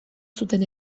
zuten